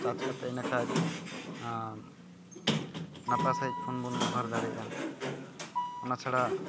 ᱪᱟᱡᱽ ᱠᱟᱛᱮᱫ ᱤᱱᱟᱹᱠᱷᱟᱱ ᱱᱟᱯᱟᱭ ᱥᱟᱹᱦᱤᱡ ᱯᱷᱳᱱ ᱵᱚᱱ ᱵᱮᱵᱚᱦᱟᱨ ᱫᱟᱲᱮᱭᱟᱜᱼᱟ ᱚᱱᱟ ᱪᱷᱟᱲᱟ